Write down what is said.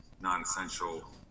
non-essential